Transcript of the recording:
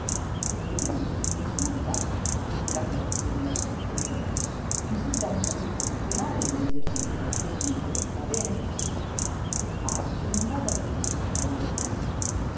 e dunque chi mi insulta ha tirato la conseguenza quaquèo insulta un pubblico funzionario nell'esercizio delle sue funzioni va bene pare che non vada bene per il cavalier bissi